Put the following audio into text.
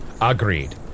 Agreed